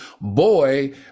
boy